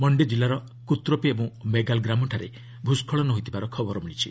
ମଣ୍ଡି ଜିଲ୍ଲାର କୃତ୍ରୋପି ଓ ମେଗାଲ୍ ଗ୍ରାମଠାରେ ଭୂସ୍କଳନ ହୋଇଥିବାର ଖବର ମିଳିଛି